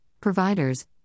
providers